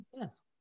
yes